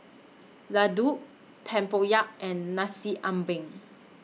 Laddu Tempoyak and Nasi Ambeng